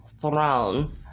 throne